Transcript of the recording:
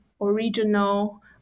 original